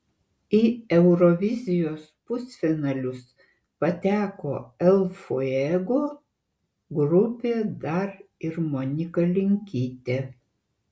į eurovizijos pusfinalius pateko el fuego grupė dar ir monika linkytė